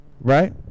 right